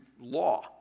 law